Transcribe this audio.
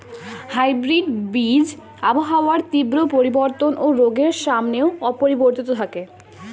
hybrid বীজ আবহাওয়ার তীব্র পরিবর্তন ও রোগের সামনেও অপরিবর্তিত থাকে